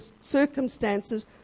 circumstances